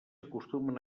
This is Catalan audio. acostumen